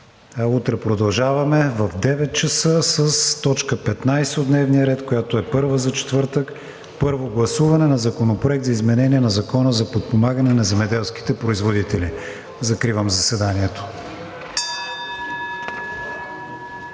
Утре продължаваме в 9,00 ч. с т. 15 от дневния ред, която е първа за четвъртък, Първо гласуване на Законопроекта за изменение на Закона за подпомагане на земеделските производители. Закривам заседанието.